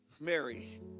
Mary